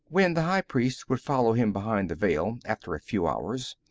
when the high priest would follow him behind the veil, after a few hours,